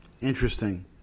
Interesting